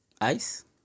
ice